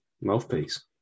mouthpiece